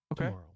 Okay